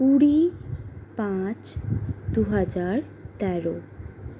কুড়ি পাঁচ দুহাজার তেরো